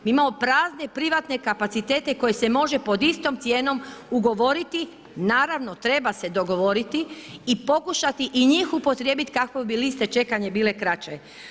Mi imamo prazne privatne kapacitete koji se može pod istom cijenom ugovoriti, naravno, treba se dogovoriti i pokušati i njih upotrijebiti kako bi liste čekanja bile kraće.